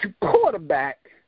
quarterback